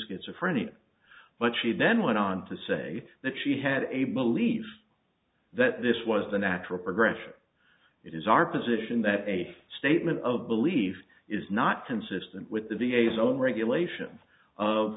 schizophrenia but she then went on to say that she had a belief that this was the natural progression it is our position that a statement of belief is not consistent with the v a s own regulation of